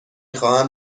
خواهم